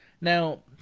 Now